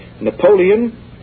Napoleon